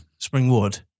Springwood